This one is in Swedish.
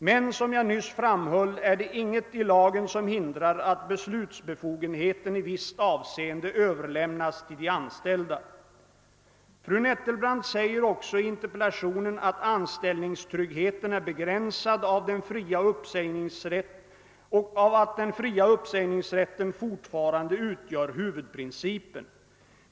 Men som jag nyss framhöll är det inget i lagen som hindrar att beslutsbefogenheten i visst avseende överlämnas till de anställda. Fru Nettelbrandt säger också i interpellationen att anställningstryggheten är begränsad av att den fria uppsägningsrätten fortfarande utgör huvudprincipen.